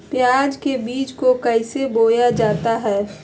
प्याज के बीज को कैसे बोया जाता है?